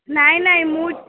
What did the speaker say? ନାଇଁ ନାଇଁ ମୁଁ